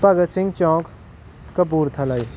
ਭਗਤ ਸਿੰਘ ਚੌਂਕ ਕਪੂਰਥਲਾ ਜੀ